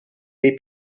jej